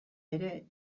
ere